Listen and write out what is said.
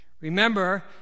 Remember